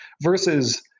versus